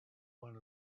one